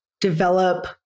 develop